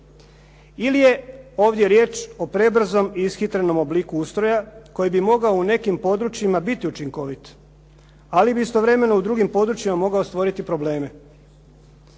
ili je ovdje riječ o prebrzom i ishitrenom obliku ustroja koji bi mogao u nekim područjima biti učinkovit ali bi istovremeno u drugim područjima mogao stvoriti probleme.